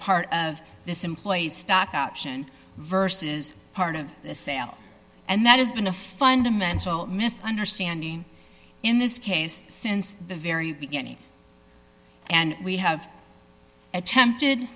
part of this employee's stock option versus part of the sale and that has been a fundamental misunderstanding in this case since the very beginning and we have attempted